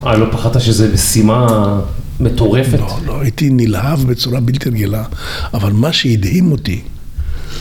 אה, לא פחדת שזו משימה מטורפת? לא, לא, הייתי נלהב בצורה בלתי רגילה, אבל מה שהדהים אותי...